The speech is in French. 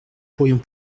pourrions